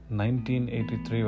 1983